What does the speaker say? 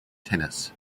tennis